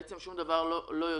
שום דבר לא יוצא.